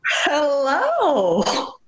hello